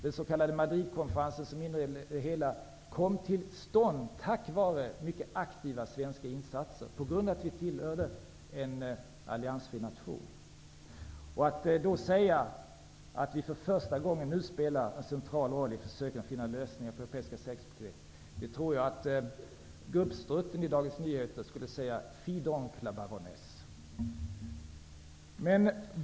Den s.k. Madridkonferensen som inrymde det hela kom till stånd tack vare mycket aktiva svenska insatser, på grund av att vi tillhörde en alliansfri nation. Att då säga att vi nu för första gången spelar en central roll i försöken att finna lösningar på europeiska säkerhetsproblem, tror jag att Gubbstrutten i Dagens Nyheter skulle kommentera genom att säga: Fi donc, la baronesse.